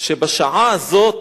שבשעה הזאת,